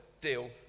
deal